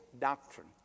doctrine